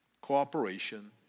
cooperation